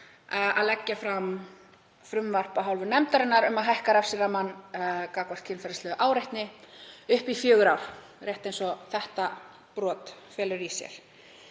að leggja fram frumvarp af hálfu nefndarinnar um að hækka refsirammann hvað varðar kynferðislega áreitni upp í fjögur ár, rétt eins og þetta brot felur í sér,